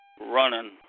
running